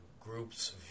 groups